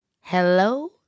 Hello